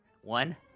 one